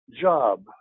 job